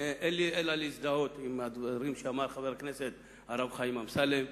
אין לי אלא להזדהות עם הדברים שאמר חבר הכנסת הרב חיים אמסלם.